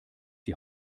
die